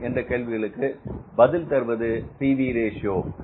என்ற கேள்விகளுக்கு பதில் தருவது P V ratio PV Ratio